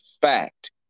fact